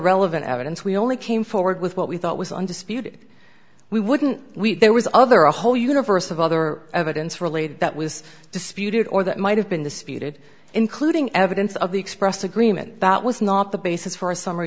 relevant evidence we only came forward with what we thought was undisputed we wouldn't there was other a whole universe of other evidence related that was disputed or that might have been the speeded including evidence of the expressed agreement that was not the basis for a summ